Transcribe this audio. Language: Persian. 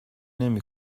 نمی